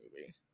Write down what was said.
movie